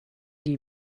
die